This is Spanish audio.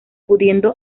pudiendo